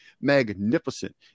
magnificent